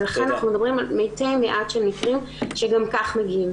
לכן אנחנו מדברים על מתי מעט מקרים שגם כך מגיעים,